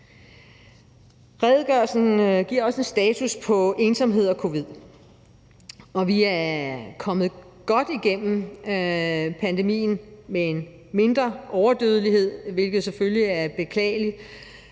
Redegørelsen giver også en status på ensomhed og covid, og vi er kommet godt igennem pandemien med en mindre overdødelighed, hvilket selvfølgelig er beklageligt,